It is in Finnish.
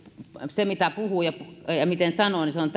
se miten puhuja sanoo on